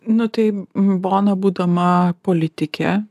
nu tai bona būdama politikė